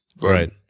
Right